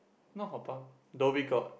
not Haw-Par Dhoby Ghaut